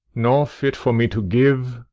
nor fit for me to give,